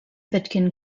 pitkin